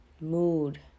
mood